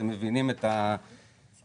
אתם מבינים את ההמחשה.